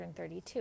132